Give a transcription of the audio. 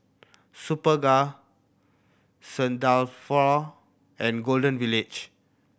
Superga Saint Dalfour and Golden Village